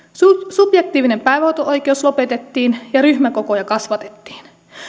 subjektiivinen päivähoito oikeus lopetettiin ja ryhmäkokoja kasvatettiin